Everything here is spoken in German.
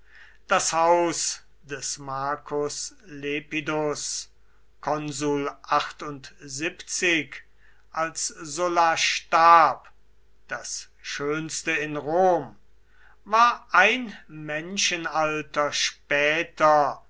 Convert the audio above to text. das haus des marcus lepidus als sulla starb das schönste in rom war ein menschenalter später